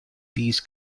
these